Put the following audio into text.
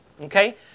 Okay